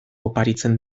oparitzen